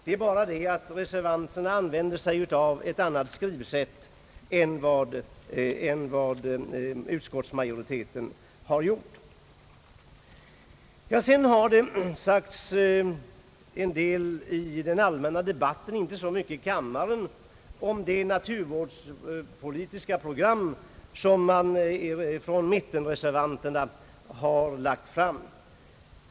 Det är bara det att reservanterna använder ett annat skrivsätt än vad utskottsmajoriteten har gjort. I den allmänna debatten — inte så mycket i kammaren — har det sagts en del om naturvårdspolitiska program som mittenreservanterna har lagt fram.